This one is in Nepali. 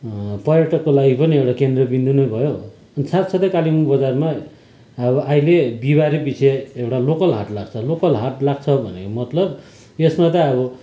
पर्यटकको लागि पनि एउटा केन्द्रबिन्दु नै भयो अनि साथसाथै कालिम्पोङ बजारमा अब अहिले बिहिबारैपछि एउटा लोकल हाट लाग्छ लोकल हाट लाग्छ भनेको मतलब यसमा त अब